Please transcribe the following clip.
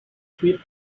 creep